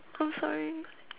oh sorry